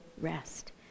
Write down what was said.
rest